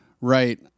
right